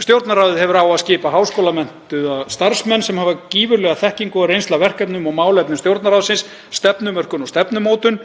„Stjórnarráðið hefur á að skipa háskólamenntaða starfsmenn sem hafa gífurlega þekkingu og reynslu af verkefnum og málefnum Stjórnarráðsins, stefnumörkun og stefnumótun.